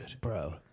Bro